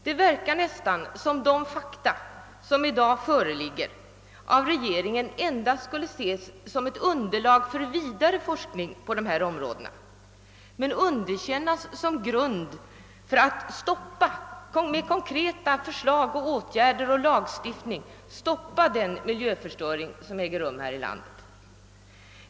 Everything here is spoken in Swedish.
Det verkar nästan som om de fakta som i dag föreligger, av regeringen endast skulle ses som ett underlag för vidare forskning på dessa områden men underkännas som grund för konkreta förslag till åtgärder och lagstiftning för att stoppa den miljöförstöring som äger rum här i landet.